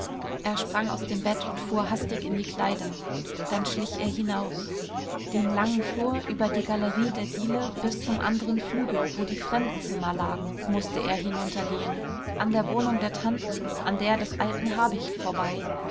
er sprang aus dem bett und fuhr hastig in die kleider dann schlich er hinaus den langen flur über die galerie der diele bis zum anderen flügel wo die fremdenzimmer lagen mußte er hinuntergehen an der wohnung der tanten an der des alten habicht vorbei